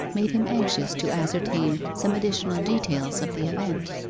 made him anxious to ascertain some additional details of the event,